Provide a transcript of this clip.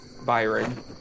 Byron